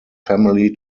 family